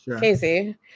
Casey